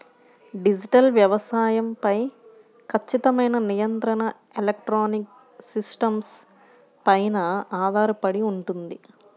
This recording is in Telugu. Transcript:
డిజిటల్ వ్యవసాయం పై ఖచ్చితమైన నియంత్రణ ఎలక్ట్రానిక్ సిస్టమ్స్ పైన ఆధారపడి ఉంటుంది